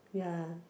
ya